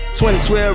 2012